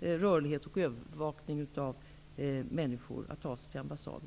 rörlighet och där det förekommer övervakning av människor.